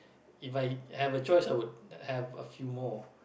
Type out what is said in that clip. If I have a choice I would have a few more